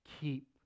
Keep